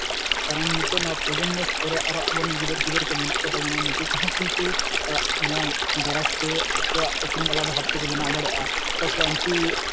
ᱠᱟᱨᱚᱱ ᱱᱤᱛᱚᱜ ᱱᱚᱣᱟ ᱯᱨᱚᱡᱚᱱᱢᱚ ᱯᱚᱨᱮ ᱟᱵᱚᱨᱮᱱ ᱜᱤᱫᱟᱹᱨᱼᱯᱤᱫᱟᱹᱨ ᱠᱚ ᱢᱮᱱᱟᱜ ᱠᱚ ᱛᱟᱵᱚᱱᱟ ᱱᱩᱠᱩ ᱠᱚᱦᱚᱸ ᱠᱤᱱᱛᱩ ᱱᱚᱣᱟ ᱫᱟᱨᱟᱭᱛᱮ ᱟᱠᱚᱣᱟᱜ ᱩᱯᱨᱩᱢ ᱟᱞᱟᱫᱟ ᱵᱷᱟᱵᱽ ᱛᱨᱮᱠᱚ ᱵᱮᱱᱟᱣ ᱫᱟᱲᱮᱭᱟᱜᱼᱟ ᱛᱟᱪᱷᱟᱲᱟ ᱩᱱᱠᱩ